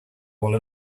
will